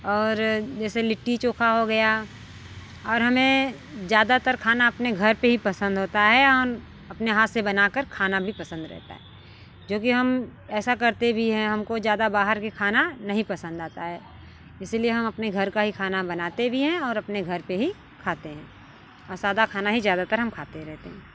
और जैसे लिट्टी चोखा हो गया और हमें ज़्यादातर खाना अपने घर पर ही पसंद होता है और अपने हाथ से बना कर खाना भी पसंद रहता है जो कि हम ऐसा करते भी हैं हम को ज़्यादा बाहर का खाना नहीं पसंद आता है इसी लिए हम अपने घर का ही खाना बनाते भी हैं और अपने घर पर ही खाते हैं और सादा खाना ही ज़्यादातर हम खाते रहते हैं